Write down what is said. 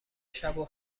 شبو